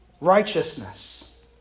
righteousness